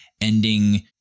ending